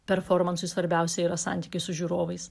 performansui svarbiausia yra santykis su žiūrovais